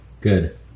good